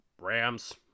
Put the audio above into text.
Rams